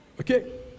Okay